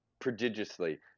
prodigiously